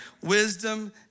wisdom